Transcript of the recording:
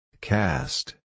Cast